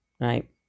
right